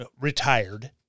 retired